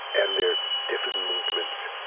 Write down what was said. and they're different movements.